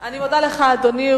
אני מודה לך, אדוני.